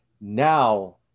now